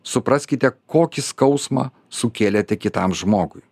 supraskite kokį skausmą sukėlėte kitam žmogui